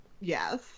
Yes